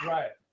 right